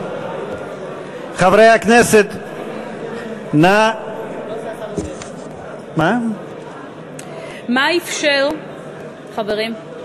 חברי הכנסת, נא, מה אִפשר, חברים,